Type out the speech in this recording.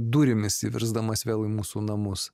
durimis įvirsdamas vėl į mūsų namus